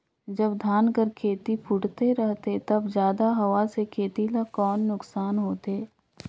जब धान कर खेती फुटथे रहथे तब जादा हवा से खेती ला कौन नुकसान होथे?